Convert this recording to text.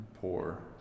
poor